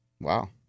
Wow